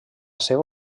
seva